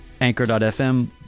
Anchor.fm